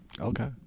Okay